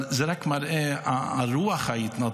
אבל זה רק מראה את רוח ההתנדבות.